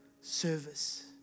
service